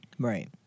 Right